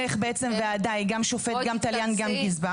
איך בעצם ועדה היא גם שופט גם תליין וגם גזבר.